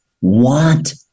want